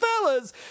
fellas